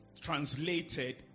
translated